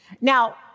Now